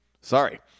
Sorry